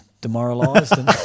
demoralised